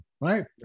right